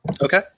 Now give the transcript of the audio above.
Okay